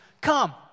come